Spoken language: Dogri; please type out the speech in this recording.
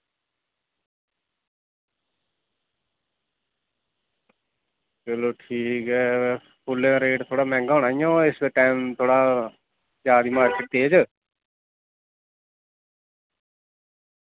चलो ठीक ऐ फुल्लें दा रेट थोह्ड़ा मैंह्गा होना इ'यां इस टैम थोह्ड़ा जा दी मार्किट तेज